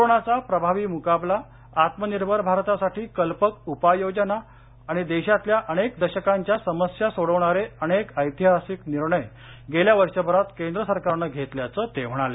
कोरोनाचा प्रभावी मुकाबला आत्मनिर्भर भारतासाठी कल्पक उपाययोजना आणि देशातल्या अनेक दशकांच्या समस्या सोडवणारे अनेक एतिहासिक निर्णय गेल्या वर्षभरात केंद्र सरकारनं घेतल्याच ते म्हणाले